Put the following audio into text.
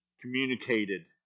communicated